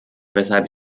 weshalb